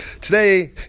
Today